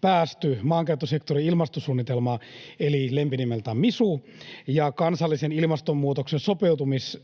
päästy. Maankäyttösektorin ilmastosuunnitelma eli lempinimeltään MISU ja kansallinen ilmastonmuutokseen sopeutumissuunnitelma